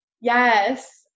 Yes